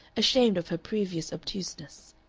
ashamed of her previous obtuseness.